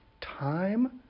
time